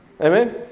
Amen